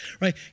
right